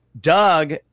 Doug